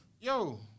yo